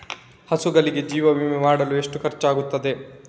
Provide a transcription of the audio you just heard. ಹಸುಗಳಿಗೆ ಜೀವ ವಿಮೆ ಮಾಡಲು ಎಷ್ಟು ಖರ್ಚಾಗುತ್ತದೆ?